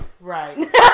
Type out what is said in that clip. right